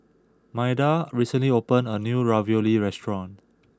Maida recently opened a new Ravioli restaurant